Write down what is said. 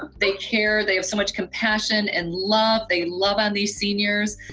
they care. they have so much compassion and love. they love on these seniors,